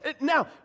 Now